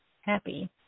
happy